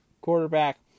quarterback